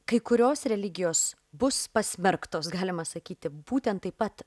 kai kurios religijos bus pasmerktos galima sakyti būtent taip pat